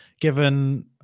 given